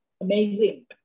Amazing